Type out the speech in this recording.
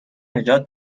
نجات